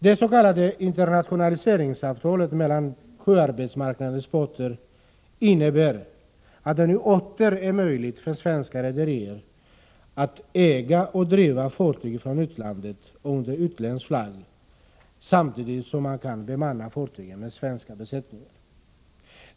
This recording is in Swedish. Det s.k. internationaliseringsavtalet mellan sjöarbetsmarknadens parter innebär att det nu åter är möjligt för svenska rederier att äga och driva fartyg från utlandet och under utländsk flagg samtidigt som man kan bemanna fartygen med svenska besättningar.